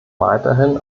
weiterhin